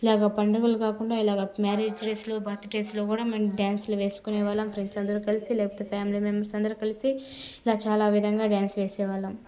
ఇలాగా పండుగలు కాకుండా ఇలాగా మ్యారేజ్ డేస్లో బర్త్డేసులో కూడ మేము డ్యాన్సులు వేసుకునే వాళ్ళం ఫ్రెండ్స్ అందరు కలిసి లేపోతే ఫ్యామిలీ మెంబర్స్ అందరూ కలిసి ఇలా చాలా విధంగా డ్యాన్స్ చేసేవాళ్లం